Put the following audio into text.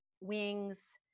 wings